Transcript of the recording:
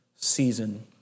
season